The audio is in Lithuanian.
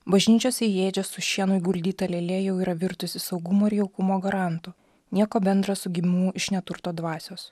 bažnyčiose ėdžios su šienu įguldyta lėlė jau yra virtusi saugumo ir jaukumo garantu nieko bendra su gimimu iš neturto dvasios